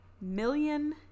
million